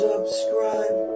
Subscribe